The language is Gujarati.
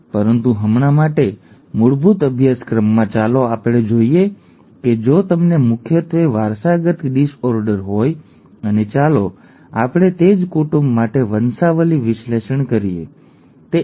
પરંતુ હમણાં માટે મૂળભૂત અભ્યાસક્રમ ચાલો આપણે જોઈએ કે જો તમને મુખ્યત્વે વારસાગત ડિસઓર્ડર હોય અને ચાલો આપણે તે જ કુટુંબ માટે વંશાવલિ વિશ્લેષણ કરીએ ઠીક છે